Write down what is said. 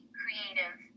creative